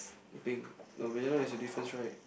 pink no matter what there is a difference right